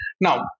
Now